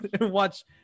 watch